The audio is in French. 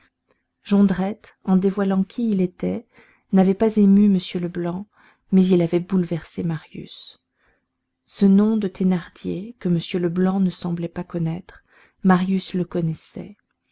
jondrette en dévoilant qui il était n'avait pas ému m leblanc mais il avait bouleversé marius ce nom de thénardier que m leblanc ne semblait pas connaître marius le connaissait